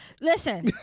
Listen